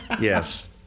yes